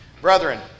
Brethren